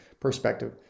perspective